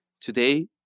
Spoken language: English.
Today